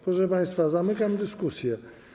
Proszę państwa, zamykam dyskusję.